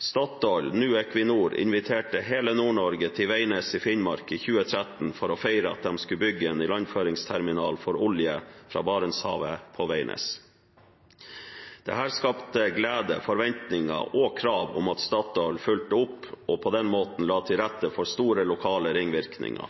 Statoil, som nå heter Equinor, inviterte hele Nord-Norge til Veidnes i Finnmark i 2013 for å feire at de skulle bygge en ilandføringsterminal for olje fra Barentshavet på Veidnes. Dette skapte glede, forventninger og krav om at Statoil fulgte opp og på den måten la til rette for